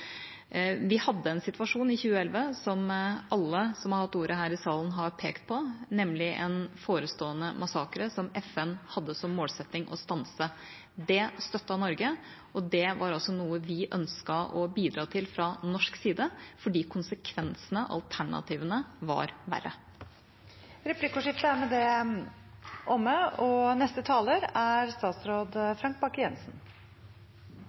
Vi hadde en situasjon i 2011, som alle som har hatt ordet her i salen, har pekt på, nemlig en forestående massakre som FN hadde som målsetting å stanse. Det støttet Norge, og det var noe vi ønsket å bidra til fra norsk side, fordi konsekvensene, alternativene, var verre. Replikkordskiftet er omme. La meg starte med å takke saksordføreren og